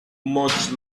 much